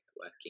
working